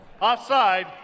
Offside